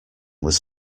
was